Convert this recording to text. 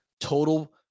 Total